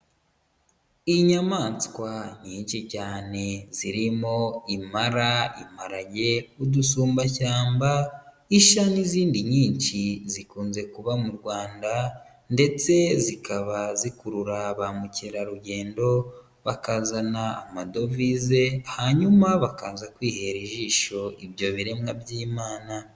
Inyamaswa nyinshi cyane zirimo impara, imparage, udusumbashyamba, ishya n'izindi nyinshi. Zikunze kuba mu Rwanda ndetse zikaba zikurura ba mukerarugendo, bakazana amadovize. Hanyuma bakaza kwihera ijisho ibyo biremwa by'imana.